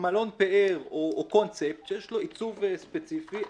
מלון פאר או קונצפט שיש לו עיצוב ספציפי.